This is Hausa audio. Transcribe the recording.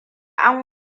an